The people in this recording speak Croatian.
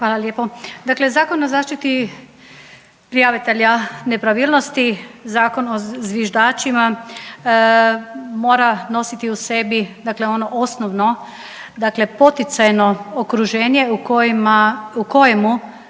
Hvala lijepo. Dakle Zakon o zaštiti prijavitelja nepravilnosti, zakon o zviždačima, mora nositi u sebi dakle ono osnovno dakle poticajno okruženje u kojemu